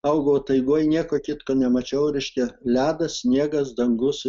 augau taigoj nieko kitko nemačiau reiškia ledas sniegas dangus